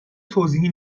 توضیحی